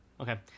Okay